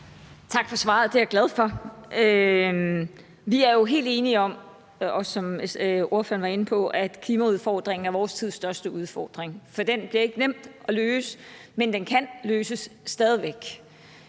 Tak for svaret. Det er jeg glad for. Vi er jo helt enige om, som ordføreren også var inde på, at klimaudfordringen er vores tids største udfordring. For den bliver ikke nem at løse, men den kan stadig væk